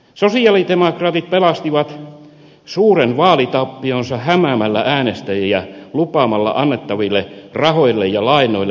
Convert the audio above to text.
sosialidemokraatit pelastivat suuren vaalitappionsa hämäämällä äänestäjiä lupaamalla annettaville rahoille ja lainoille vakuuksia